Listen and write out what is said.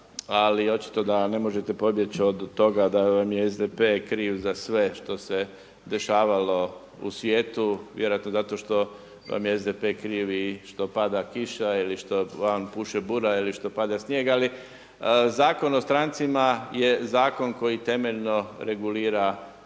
ali očito da ne možete pobjeći od toga da vam je SDP kriv za sve što se dešavalo u svijetu vjerojatno zato što vam je SDP kriv i što pada kiša ili što vam puše bura ili što pada snijeg. Ali Zakon o strancima je zakon koji temeljno regulira boravak,